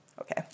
Okay